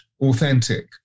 authentic